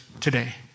today